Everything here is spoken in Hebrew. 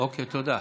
זאת לא שאילתה.